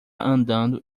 andando